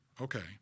Okay